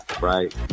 right